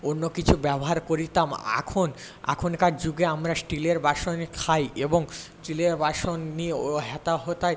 অন্য কিছু ব্যবহার করতাম এখন এখনকার যুগে আমরা স্টিলের বাসনে খাই এবং স্টিলের বাসন নিয়েও হেথা হোথায়